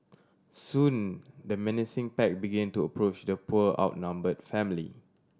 soon the menacing pack begin to approach the poor outnumbered family